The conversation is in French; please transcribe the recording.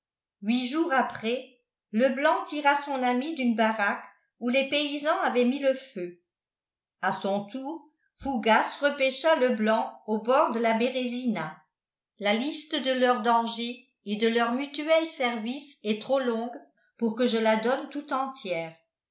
huit jours après leblanc tira son ami d'une baraque où les paysans avaient mis le feu à son tour fougas repêcha leblanc au bord de la bérésina la liste de leurs dangers et de leurs mutuels services est trop longue pour que je la donne tout entière